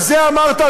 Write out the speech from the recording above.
על זה אמרת,